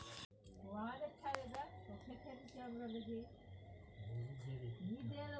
आज के बेरा म कतको अइसन कंपनी हे जेन ह कोनो परकार के नवा कारोबार चालू करे म बरोबर सेयर ल बेंच के ही पइसा के जुगाड़ करथे